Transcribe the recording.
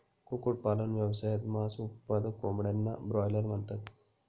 कुक्कुटपालन व्यवसायात, मांस उत्पादक कोंबड्यांना ब्रॉयलर म्हणतात